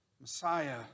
Messiah